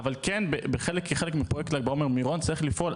אבל כן כחלק מפרויקט ל"ג בעומר מירון צריך לפעול,